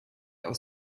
aus